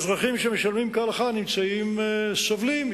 אזרחים שמשלמים נמצאים סובלים,